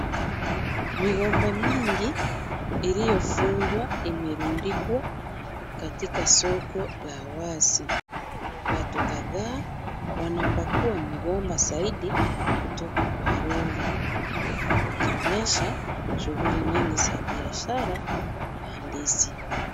Migomba mingi iliyofungwa imerundikwa katika soko la wazi. Watu kadhaa wanapakua migomba zaidi kutoka kwa lori, wakionyesha shuguli nyingi za biashara za ndizi.